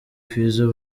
fizzo